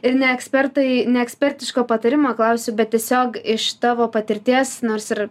ir ne ekspertai ne ekspertiško patarimo klausti bet tiesiog iš tavo patirties nors ir